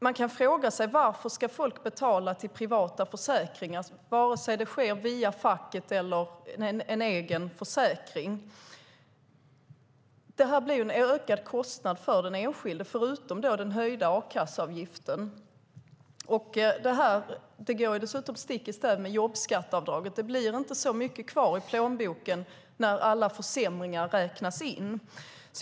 Man kan fråga sig: Varför ska folk betala till privata försäkringar, vare sig det sker via facket eller med en egen försäkring? Det blir en ökad kostnad för den enskilde förutom den höjda a-kasseavgiften. Det här går dessutom stick i stäv med jobbskatteavdraget. Det blir inte så mycket kvar i plånboken när alla försämringar räknas in.